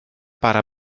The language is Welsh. bara